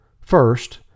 First